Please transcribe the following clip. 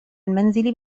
المنزل